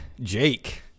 Jake